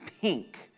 pink